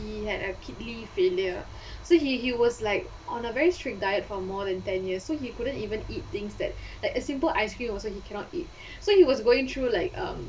~e had a kidney failure so he he was like on a very strict diet for more than ten years so he couldn't even eat things that like a simple ice cream also he cannot eat so he was going through like um